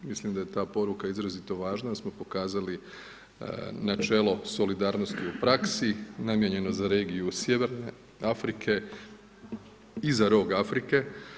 Mislim da je ta poruka izrazito važna, da smo pokazali načelo solidarnosti u praksi namijenjeno za regiju sjeverne Afrike i za rog Afrike.